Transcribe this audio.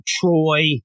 Troy